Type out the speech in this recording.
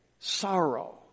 Sorrow